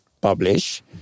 publish